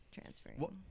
transferring